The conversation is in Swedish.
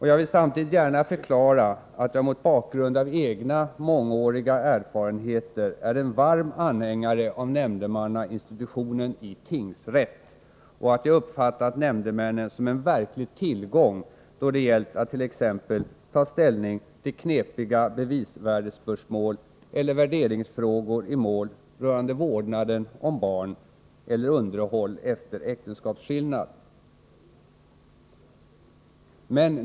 Jag vill samtidigt gärna förklara att jag mot bakgrund av egna mångåriga erfarenheter är en varm anhängare av nämndemannainstitutionen i tingsrätt och att jag har uppfattat nämndemännen såsom en verklig tillgång då det gällt att t.ex. ta ställning till knepiga bevisvärdespörsmål eller värderingsfrågor i mål rörande vårdnaden om barn eller underhåll efter äktenskapsskillnad.